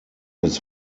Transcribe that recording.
his